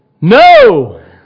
No